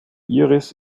iris